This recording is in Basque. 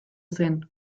zen